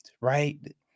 right